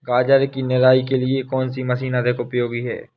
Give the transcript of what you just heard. गाजर की निराई के लिए कौन सी मशीन अधिक उपयोगी है?